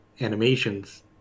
animations